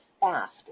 fast